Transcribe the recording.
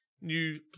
new